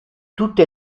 tutte